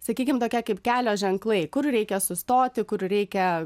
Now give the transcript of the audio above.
sakykim tokie kaip kelio ženklai kur reikia sustoti kur reikia